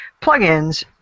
plugins